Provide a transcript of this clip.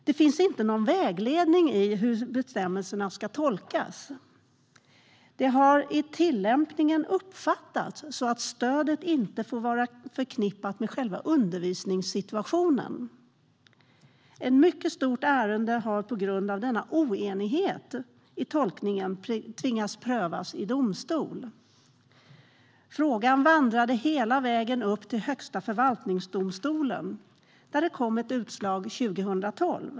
Det finns inte någon vägledning i hur bestämmelserna ska tolkas. Det har i tillämpningen uppfattats som att stödet inte får vara förknippat med själva undervisningssituationen. Ett mycket stort antal ärenden har på grund av denna oenighet i tolkningen tvingats prövas i domstol. Frågan vandrade hela vägen upp till Högsta förvaltningsdomstolen, där det kom ett utslag 2012.